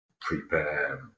prepare